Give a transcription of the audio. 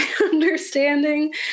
understanding